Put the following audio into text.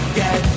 get